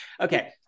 okay